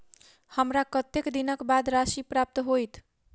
हमरा कत्तेक दिनक बाद राशि प्राप्त होइत?